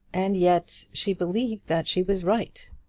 and yet she believed that she was right.